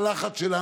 פחות?